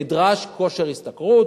נדרש כושר השתכרות.